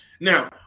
Now